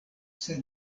sed